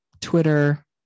Twitter